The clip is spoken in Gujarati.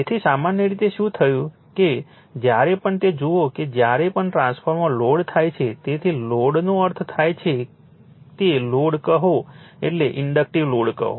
તેથી સામાન્ય રીતે શું થયું કે જ્યારે પણ તે જુઓ કે જ્યારે પણ ટ્રાન્સફોર્મર લોડ થાય છે તેથી લોડનો અર્થ થાય છે તે લોડ કહો એટલે ઇન્ડક્ટિવ લોડ કહો